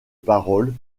paroles